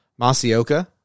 Masioka